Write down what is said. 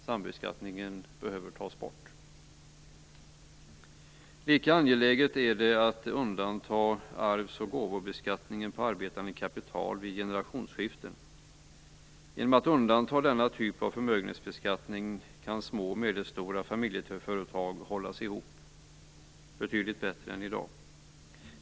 Sambeskattningen behöver tas bort. Lika angeläget är det att undanta arvs och gåvobeskattningen på arbetande kapital vid generationsskiften. Genom att undanta denna typ av förmögenhetsbeskattning kan små och medelstora familjeföretag hållas ihop betydligt bättre än i dag.